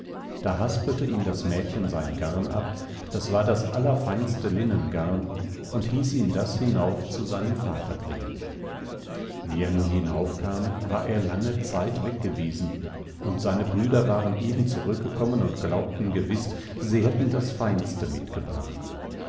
da haspelte ihm das mädchen sein garn ab das war das allerfeinste linnengarn und hieß ihn das hinauf zu seinem vater bringen wie er nun hinaufkam war er lange zeit weggewesen und seine brüder waren eben zurückgekommen und glaubten gewiß sie hätten das feinste mitgebracht